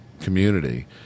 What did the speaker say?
community